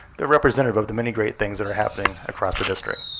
they're representative of the many great things that are happening across the district.